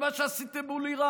על מה שעשיתם מול איראן,